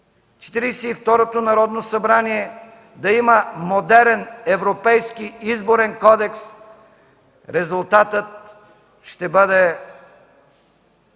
второто Народно събрание да има модерен европейски Изборен кодекс, резултатът ще бъде